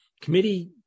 Committee